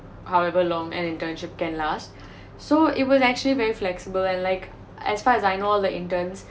however long an internship can last so it was actually very flexible and like as far as I know like interns